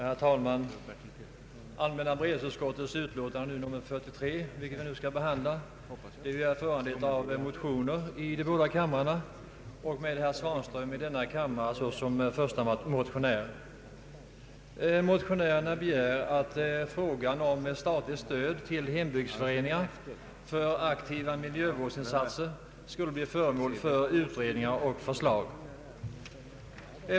Herr talman! Allmänna beredningsutskottets utlåtande nr 43, vilket vi nu skall behandla, är föranlett av motioner i båda kamrarna och med herr Svanström som förste motionär i denna kammare. Motionärerna begär att frågan om statligt stöd till hembygdsföreningar för aktiva miljövårdsinsatser måtte bli föremål för utredningar och förslag.